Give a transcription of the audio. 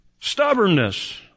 stubbornness